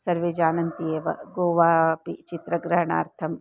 सर्वे जानन्ति एव गोवा अपि चित्रग्रहणार्थम्